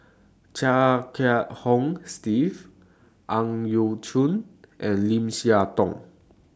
Chia Kiah Hong Steve Ang Yau Choon and Lim Siah Tong